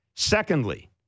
Secondly